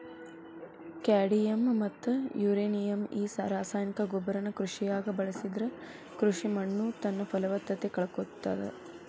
cadmium ಮತ್ತ uranium ಈ ರಾಸಾಯನಿಕ ಗೊಬ್ಬರನ ಕೃಷಿಯಾಗ ಬಳಸಿದ್ರ ಕೃಷಿ ಮಣ್ಣುತನ್ನಪಲವತ್ತತೆ ಕಳಕೊಳ್ತಾದ